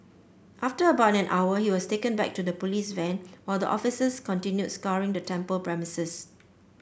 after about an hour he was taken back to the police van while the officers continued scouring the temple premises